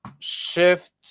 Shift